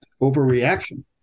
overreaction